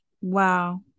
Wow